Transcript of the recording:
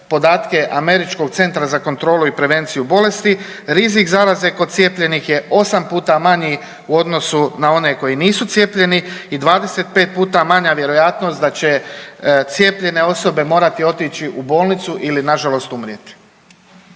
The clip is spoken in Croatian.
podatke Američkog centra za kontrolu i prevenciju bolesti, rizik zaraze kod cijepljenih je 8 puta manji u odnosu na one koji nisu cijepljeni i 25 puta manja vjerojatnost da će cijepljene osobe morati otići u bolnicu ili nažalost umrijeti.